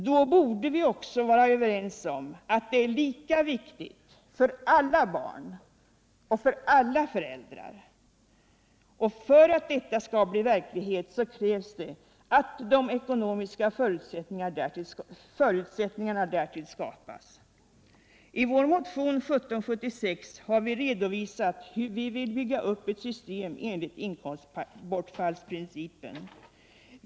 Då borde vi också vara överens om att det är lika viktigt för alla barn och för alla föräldrar. För att det skall bli verklighet krävs att de ekonomiska förutsättningarna härför skapas. I vår motion 1776 har vi redovisat hur vi vill bygga upp ett system enligt inkomstbortfallsprincipen.